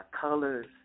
colors